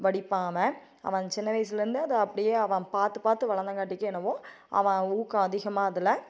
வடிப்பான் அவன் அவன் சின்ன வயசிலருந்தே அதை அப்படியே அவன் பார்த்து பார்த்து வளர்ந்தங்காட்டிக்கு என்னமோ அவன் ஊக்கம் அதிகமாக அதில்